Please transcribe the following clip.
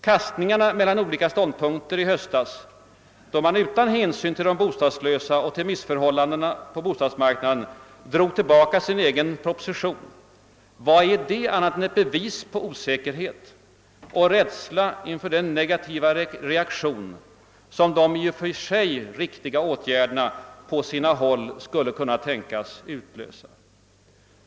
Kastningarna mellan olika ståndpunkter i höstas då man utan hänsyn till de bostadslösa och till missförhållandena på bostadsmarknaden drog tillbaka sin egen proposition, vad är det annat än ett bevis på osäkerhet och rädsla inför den negativa reaktion, som de i och för sig riktiga åtgärderna på sina håll skulle kunnas utlösa?